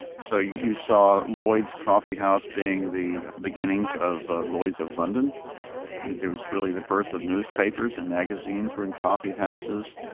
so you saw lloyd's coffee house being the beginnings of ah lloyd's of london it was really the birth of newspapers and magazines were in coffee houses,